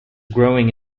growing